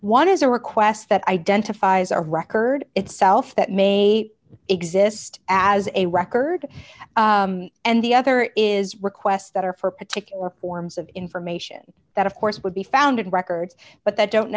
one is a request that identifies a record itself that may exist as a record and the other is requests that are for particular forms of information that of course would be found in records but that don't